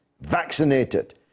vaccinated